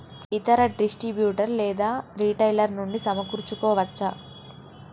ఇతర డిస్ట్రిబ్యూటర్ లేదా రిటైలర్ నుండి సమకూర్చుకోవచ్చా?